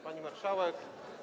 Pani Marszałek!